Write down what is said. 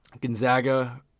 gonzaga